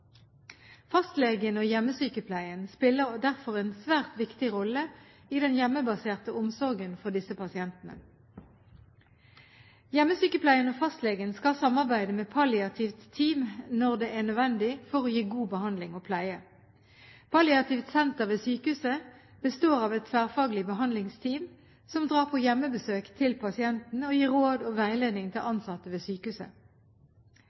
Fastlegen og hjemmesykepleien spiller derfor en svært viktig rolle i den hjemmebaserte omsorgen for disse pasientene. Hjemmesykepleien og fastlegen skal samarbeide med palliativt team når det er nødvendig, for å gi god behandling og pleie. Palliativt senter ved sykehuset består av et tverrfaglig behandlingsteam som drar på hjemmebesøk til pasienten og gir råd og veiledning til ansatte ved sykehuset.